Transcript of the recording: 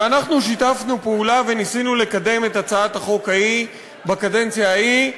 ואנחנו שיתפנו פעולה וניסינו לקדם את הצעת החוק ההיא בקדנציה ההיא.